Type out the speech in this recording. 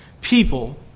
people